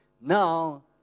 Now